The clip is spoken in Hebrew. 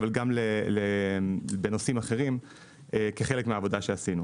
אבל גם בנושאים אחרים כחלק מהעבודה שעשינו.